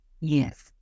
Yes